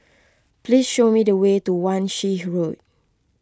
please show me the way to Wan Shih Road